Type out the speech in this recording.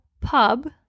pub